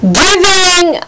giving